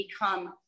become